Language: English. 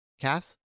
cass